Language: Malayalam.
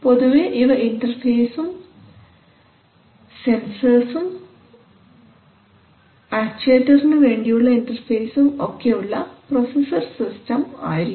പൊതുവേ ഇവ ഇന്റെർഫേസും സെൻസർസും ആക്ച്ചുവേറ്ററിനു വേണ്ടിയുള്ള ഇന്റെർഫേസും ഒക്കെയുള്ള പ്രൊസസർ സിസ്റ്റം ആയിരിക്കും